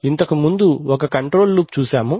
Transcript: ఇంతకు ముందు ఒక కంట్రోల్ లూప్ చూసాము